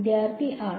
വിദ്യാർത്ഥി ആർ